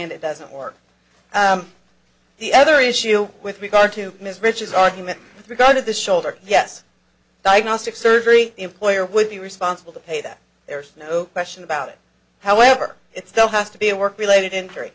duran that doesn't work the other issue with regard to ms rich's argument with regard to the shoulder yes diagnostic surgery employer would be responsible to pay that there's no question about it however it still has to be a work related injury